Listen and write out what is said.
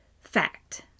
fact